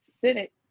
Senate